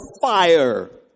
fire